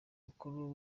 mukuru